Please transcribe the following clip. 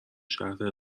شهر